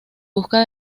busca